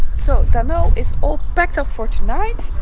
so dhanno is all packed up for tonight